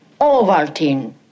Ovaltine